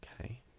Okay